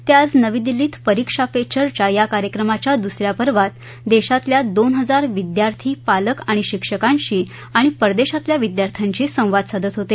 ते आज नवी दिल्लीत परिक्षा पे चर्चा या कार्यक्रमाच्या दूस या पर्वात देशातल्या दोन हजार विद्यार्थी पालक आणि शिक्षकांशी आणि परदेशातल्या विद्यार्थ्यांशी संवाद साधत होते